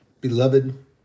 beloved